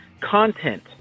content